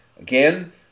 Again